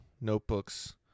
notebooks